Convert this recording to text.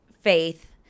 faith